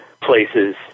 places